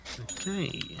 Okay